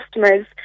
customers